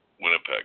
Winnipeg